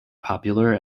popular